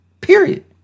Period